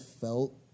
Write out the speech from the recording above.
felt